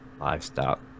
livestock